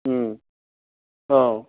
ꯎꯝ ꯑꯧ